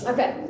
Okay